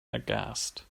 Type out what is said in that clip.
aghast